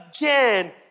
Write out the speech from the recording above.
again